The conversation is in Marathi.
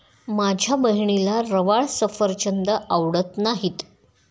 माझ्या बहिणीला रवाळ सफरचंद आवडत नाहीत